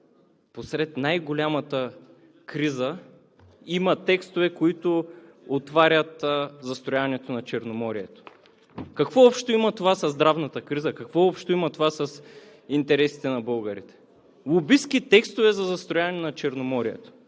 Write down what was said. посред най-голямата криза има текстове, които отварят застрояването на Черноморието?! Какво общо има това със здравната криза, какво общо има това с интересите на българите?! Лобистки текстове за застрояване на Черноморието!